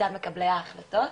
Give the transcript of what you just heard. מצד מקבלי ההחלטות.